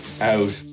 out